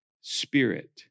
spirit